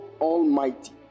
Almighty